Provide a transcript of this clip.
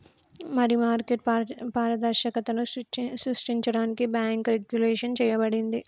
మరి మార్కెట్ పారదర్శకతను సృష్టించడానికి బాంకు రెగ్వులేషన్ చేయబడింది